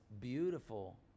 beautiful